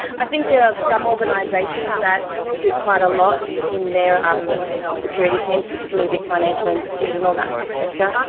i think there are some organisations that do quite a lot in their um security teams, particularly big financial industries and all that sector.